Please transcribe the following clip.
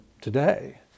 Today